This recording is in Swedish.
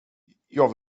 jag